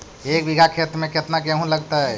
एक बिघा खेत में केतना गेहूं लगतै?